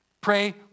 pray